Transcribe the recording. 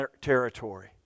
territory